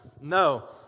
No